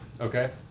Okay